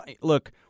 look